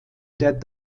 der